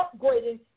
upgrading